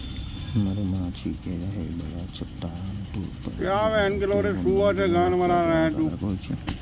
मधुमाछी के रहै बला छत्ता आमतौर पर या तें गुंबद या बक्सा के आकारक होइ छै